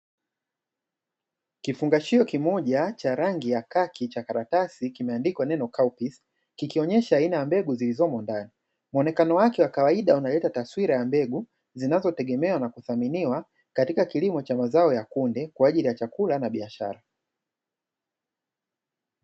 Kifungashio kimoja cha rangi ya kaki cha karatasi chenye maandishi, kikionyesha aina ya mbegu zilizomo ndani muonekano wake wa kawaida unaleta taswira ya mbegu zinazotegemea na kuthaminiwa katika kilimo cha mazao ya kunde kwa ajili ya chakula na biashara.